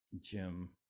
jim